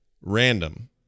random